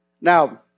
Now